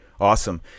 Awesome